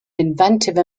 inventive